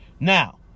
Now